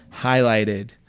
highlighted